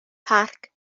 parc